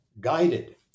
guided